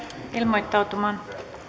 ilmoittautumaan